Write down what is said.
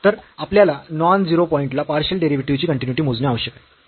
तर आपल्याला नॉन 0 पॉईंटला पार्शियल डेरिव्हेटिव्हची कन्टीन्यूईटी मोजणे आवश्यक आहे